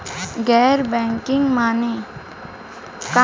गैर बैंकिंग माने?